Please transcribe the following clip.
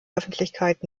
öffentlichkeit